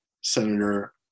senator